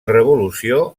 revolució